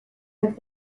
have